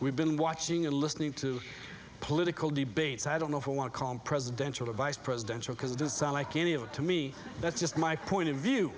we've been watching and listening to political debates i don't know if i want to call him presidential or vice presidential because it does sound like any of it to me that's just my point of view